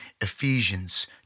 Ephesians